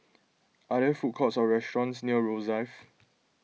are there food courts or restaurants near Rosyth